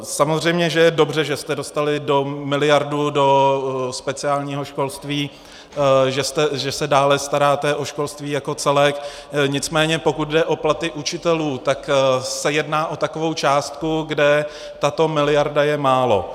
Samozřejmě je dobře, že jste dostali miliardu do speciálního školství, že se dále staráte o školství jako celek, nicméně pokud jde o platy učitelů, tak se jedná o takovou částku, kde tato miliarda je málo.